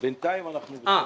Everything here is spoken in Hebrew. זה חד-פעמי.